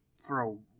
throw